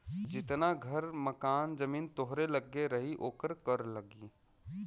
जितना घर मकान जमीन तोहरे लग्गे रही ओकर कर लगी